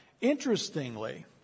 Interestingly